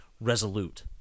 resolute